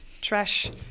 trash